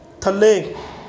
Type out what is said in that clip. ਥੱਲੇ